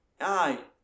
aye